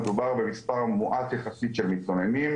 מדובר במספר מועט יחסית של מתלוננים,